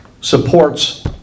supports